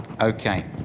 Okay